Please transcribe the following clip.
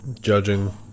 judging